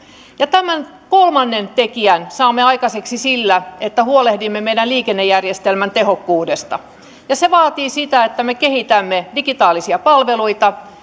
kolmannen tekijän saamme aikaiseksi sillä että huolehdimme meidän liikennejärjestelmämme tehokkuudesta se vaatii sitä että me kehitämme digitaalisia palveluita